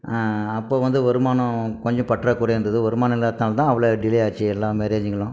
அப்போ வந்து வருமானம் கொஞ்சம் பற்றாக் குறையாக இருந்தது வருமானம் இல்லாத்துனால தான் அவ்வளோ டிலே ஆச்சு எல்லா மேரேஜ்ஜுங்களும்